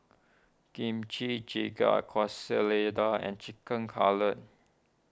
Kimchi Jjigae Quesadillas and Chicken Cutlet